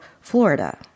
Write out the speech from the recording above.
Florida